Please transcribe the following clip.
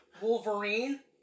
Wolverine